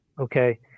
Okay